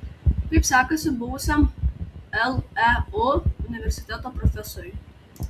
kaip sekasi buvusiam leu universiteto profesoriui